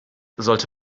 sollte